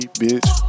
bitch